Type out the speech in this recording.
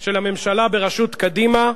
של הממשלה בראשות קדימה,